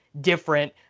different